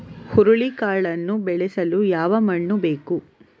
ಹುರುಳಿಕಾಳನ್ನು ಬೆಳೆಸಲು ಯಾವ ಮಣ್ಣು ಬೇಕು?